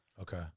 Okay